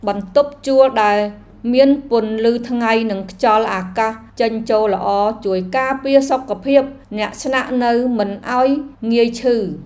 បន្ទប់ជួលដែលមានពន្លឺថ្ងៃនិងខ្យល់អាកាសចេញចូលល្អជួយការពារសុខភាពអ្នកស្នាក់នៅមិនឱ្យងាយឈឺ។